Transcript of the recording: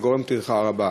וזה גורם טרחה רבה.